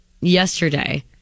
yesterday